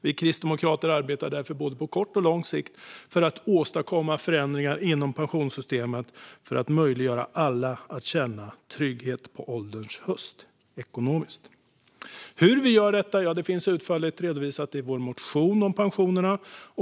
Vi kristdemokrater arbetar därför på både kort och lång sikt för att åstadkomma förändringar inom pensionssystemet som ska möjliggöra för alla att känna ekonomisk trygghet på ålderns höst. Hur vi gör detta finns utförligt redovisat i vår motion om pensionerna.